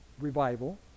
revival